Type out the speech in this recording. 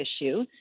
issue